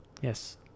Yes